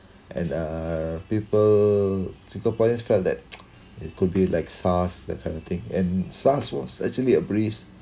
and uh people singaporeans felt that it could be like SARS that kind of thing and SARS was actually a breeze